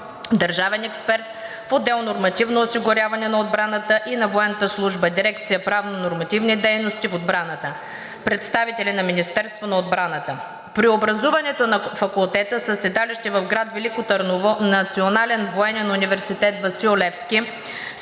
държавен експерт в отдел „Нормативно осигуряване на отбраната и на военната служба“, дирекция „Правно-нормативна дейност в отбраната“, представители на Министерството на отбраната. Преобразуването на факултета със седалище в град Велико Търново на Национален военен университет „Васил Левски“